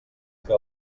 que